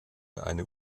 eine